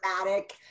dramatic